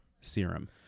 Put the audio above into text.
serum